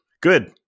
good